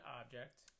object